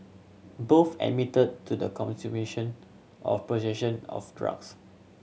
both admitted to the consumption or possession of drugs